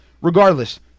Regardless